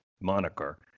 moniker